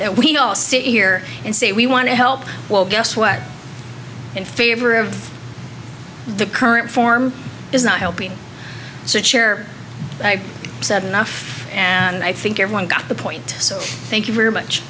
that we all sit here and say we want to help well guess what in favor of the current form is not helping so a chair said enough and i think everyone got the point so thank you very much